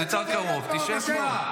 זה יותר קרוב, תשב פה.